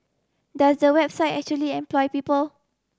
does the website actually employ people